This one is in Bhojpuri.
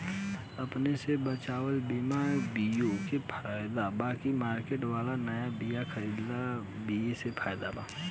अपने से बचवाल बीया बोये मे फायदा बा की मार्केट वाला नया बीया खरीद के बोये मे फायदा बा?